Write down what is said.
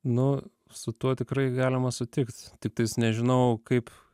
nu su tuo tikrai galima sutikt tiktais nežinau kaip